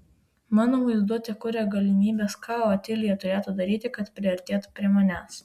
mano vaizduotė kuria galimybes ką otilija turėtų daryti kad priartėtų prie manęs